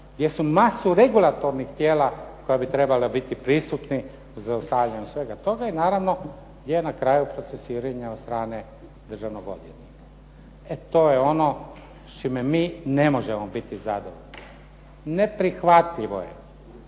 Gdje su masu regulatornih tijela koja bi trebali biti prisutni u zaustavljanju svega toga i naravno gdje je na kraju procesuiranje od strane državnog odvjetnika. E to je ono s čime mi ne možemo biti zadovoljni. Neprihvatljivo je